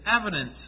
evidence